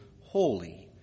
Holy